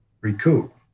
recoup